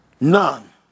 None